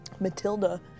Matilda